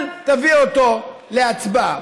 אל תביא אותו להצבעה.